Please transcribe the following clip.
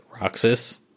Roxas